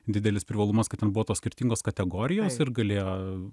didelis privalumas kad ten buvo tos skirtingos kategorijos ir galėjo